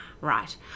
Right